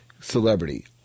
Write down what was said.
celebrity